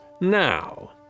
now